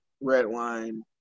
Redwine